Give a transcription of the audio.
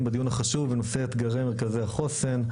בדיון החשוב בנושא אתגרי מרכזי החוסן.